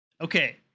okay